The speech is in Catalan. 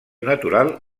natural